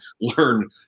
learn